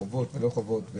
חובות ולא חובות,